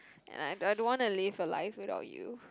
and I I don't want to live a life without you